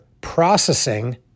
processing